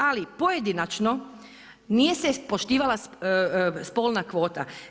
Ali pojedinačno nije se poštivala spolna kvota.